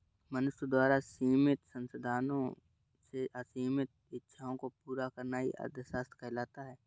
मनुष्य द्वारा सीमित संसाधनों से असीमित इच्छाओं को पूरा करना ही अर्थशास्त्र कहलाता है